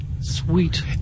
sweet